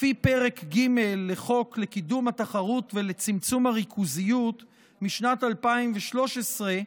לפי פרק ג' לחוק לקידום התחרות ולצמצום הריכוזיות משנת 2013,